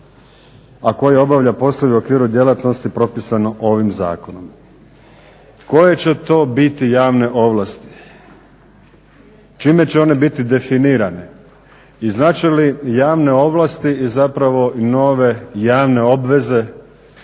a koja obavlja poslove u okviru djelatnosti propisano ovim zakonom. Koje će to biti javne ovlasti? Čime će one biti definirane? I znače li javne ovlasti i zapravo nove javne obveze